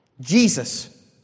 Jesus